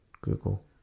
Google